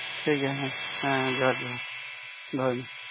ᱴᱷᱤᱠ ᱜᱮᱭᱟ ᱦᱮᱸ ᱡᱚᱦᱟᱨ ᱡᱚᱦᱟᱨ ᱫᱚᱦᱚᱭᱢᱮ